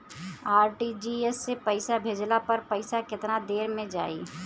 RTGS से पईसा भेजला पर पईसा केतना देर म जाई?